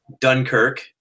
Dunkirk